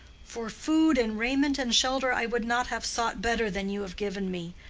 for food and raiment and shelter i would not have sought better than you have given me.